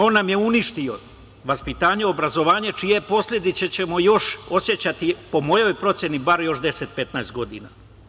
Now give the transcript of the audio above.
On nam je uništio vaspitanje i obrazovanje, čije posledice ćemo još osećati, po mojoj proceni, bar još deset, petnaest godina.